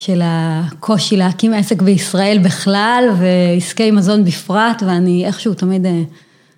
של הקושי להקים עסק בישראל בכלל ועסקי מזון בפרט ואני איכשהו תמיד